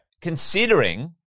considering